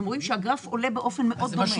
אתם רואים שהגרף עולה באופן דומה מאוד.